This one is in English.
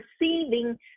receiving